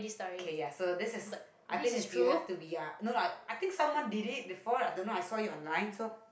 okay ya so this is I think is you have to be ya no lah I think someone did it before don't know I saw it online so